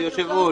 כבוד היושב ראש,